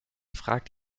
fragt